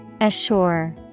Assure